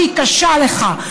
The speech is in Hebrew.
שהיא קשה לך,